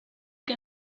que